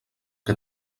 que